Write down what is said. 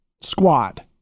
squad